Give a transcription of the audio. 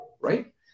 right